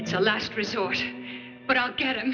it's a last resort but i don't get it